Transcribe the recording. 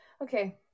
okay